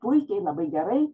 puikiai labai gerai